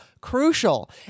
crucial